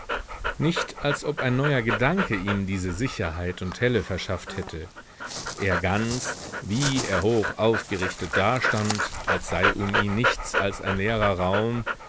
nicht als ob ein neuer gedanke ihm diese sicherheit und helle verschafft hätte er ganz wie er hoch aufgerichtet dastand als sei um ihn nichts als ein leerer raum